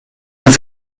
dass